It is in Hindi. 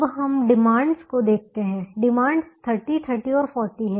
अब हम डिमांडस को देखते हैं डिमांडस 30 30 और 40 हैं